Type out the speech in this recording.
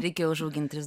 reikėjo užauginti tris